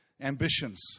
ambitions